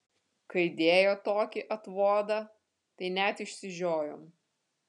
kai dėjo tokį atvodą tai net išsižiojom